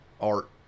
art